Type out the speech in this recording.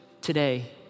today